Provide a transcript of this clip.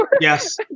yes